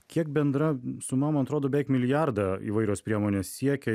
kiek bendra suma man atrodo beveik milijardą įvairios priemonės siekia